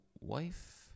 wife